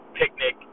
picnic